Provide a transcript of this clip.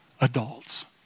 adults